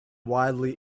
wildly